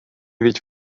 ведь